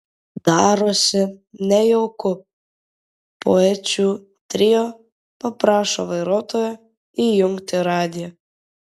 darosi nejauku poečių trio paprašo vairuotojo įjungti radiją